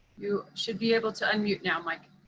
you should be able to unmute now, mike.